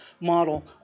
model